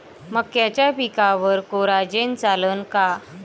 मक्याच्या पिकावर कोराजेन चालन का?